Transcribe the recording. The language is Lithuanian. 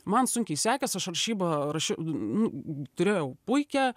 man sunkiai sekės aš rašybą rašiau n turėjau puikią